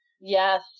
Yes